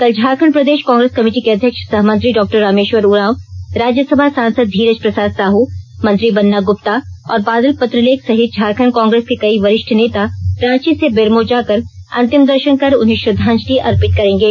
कल झारखण्ड प्रदेश कांग्रेस कमिटी के अध्यक्ष सह मंत्री डॉ रामेश्वर उरॉव राज्यसभा सांसद धीरज प्रसाद साह मंत्री बन्ना ग्रुप्ता और बादल पत्रलेख सहित झारखण्ड कांग्रेस के कई वरिष्ठ नेता रॉची से बेरमो जाकर अन्तिम दर्शन कर उन्हें श्रद्धांजलि अर्पित करेंगे